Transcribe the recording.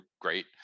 great